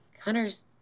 Hunter's